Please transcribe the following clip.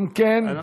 אוקיי.